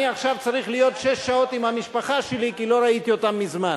אני עכשיו צריך להיות שש שעות עם המשפחה שלי כי לא ראיתי אותם מזמן.